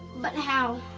but how?